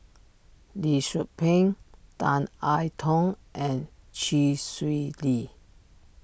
Lee Tzu Pheng Tan I Tong and Chee Swee Lee